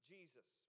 Jesus